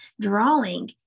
drawing